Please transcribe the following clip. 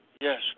Yes